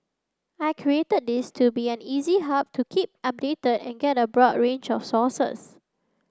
I created this to be an easy hub to keep updated and get a broad range of sources